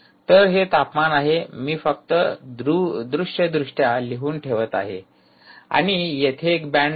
तर हे तापमान आहे मी फक्त दृष्यदृष्ट्या लिहून ठेवत आहे आणि येथे एक बँड आहे